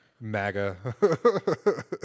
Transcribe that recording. MAGA